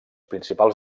principals